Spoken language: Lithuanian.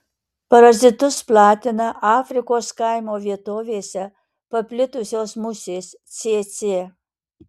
parazitus platina afrikos kaimo vietovėse paplitusios musės cėcė